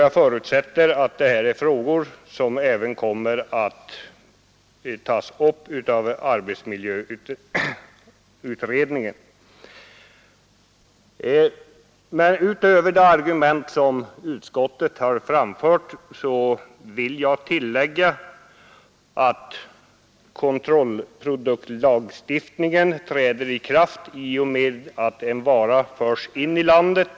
Jag förutsätter att de även kommer att tas upp av arbetsmiljöutredningen. Utöver de argument som utskottet anfört vill jag tillägga att kontrollproduktlagstiftningen träder i kraft i och med att en vara förs in i landet.